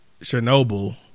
Chernobyl